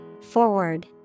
Forward